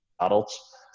adults